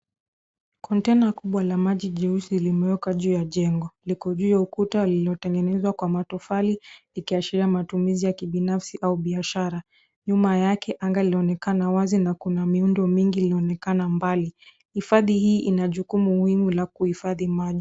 Container kubwa la maji jeusi limewekwa juu ya jengo. Liko juu ya ukuta lililotengenezwa kwa matofali likiashiria matumizi ya kibinafsi au biashara. Nyuma yake anga linaonekana wazi na kuna miundo mingi iliyoonekana mbali. Hifadhi hii inajukumu wimu la kuhifadhi.